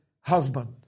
husband